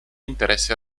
interesse